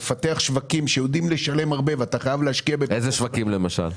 שווקים שיודעים לשלם הרבה --- אילו שווקים למשל?